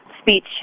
speech